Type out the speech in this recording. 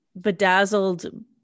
bedazzled